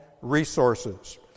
resources